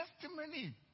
testimony